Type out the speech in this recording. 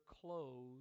clothes